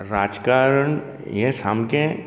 राजकारण हें सामकें